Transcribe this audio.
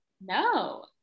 No